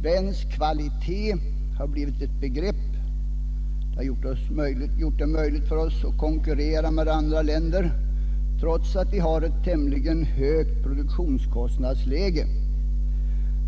Svenskt kvalitet har blivit ett begrepp. Det har gjort det möjligt för oss att konkurrera med andra länder trots att vi har ett tämligen högt produktionskostnadsläge.